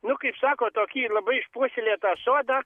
nu kaip sako tokį labai išpuoselėtą sodą